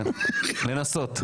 כן, לנסות.